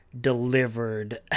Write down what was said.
delivered